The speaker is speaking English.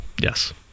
Yes